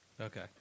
Okay